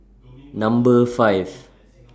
Number five